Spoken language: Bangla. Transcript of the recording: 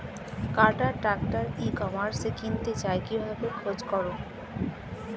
কাটার ট্রাক্টর ই কমার্সে কিনতে চাই কিভাবে খোঁজ করো?